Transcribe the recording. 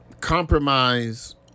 compromise